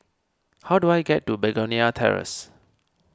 how do I get to Begonia Terrace